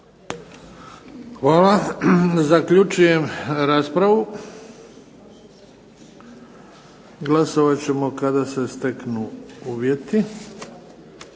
Hvala. Zaključujem raspravu. Glasovat ćemo kada se steknu uvjeti.